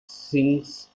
sings